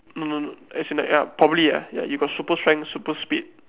no no no as in like ya probably ya you got super strength super speed